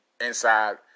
inside